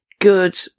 good